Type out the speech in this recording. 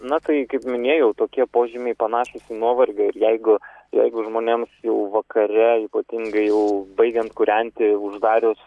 na tai kaip minėjau tokie požymiai panašūs į nuovargio ir jeigu jeigu žmonėms jau vakare ypatingai jau baigiant kūrenti uždarius